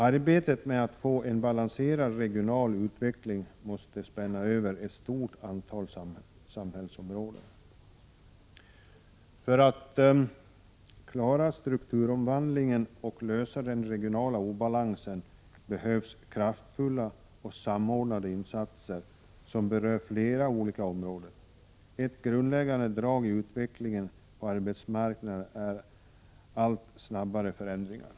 Arbetet med att skapa en balanserad regional utveckling måste spänna över ett stort antal samhällsområden. För att klara strukturomvandlingen och utjämna den regionala obalansen behövs kraftfulla och samordnade insatser, som berör flera olika områden. Ett grundläggande drag i utvecklingen på arbetsmarknaden är allt snabbare förändringar.